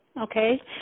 Okay